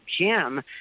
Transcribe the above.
Jim